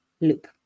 loop